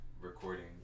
recording